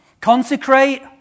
Consecrate